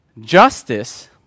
Justice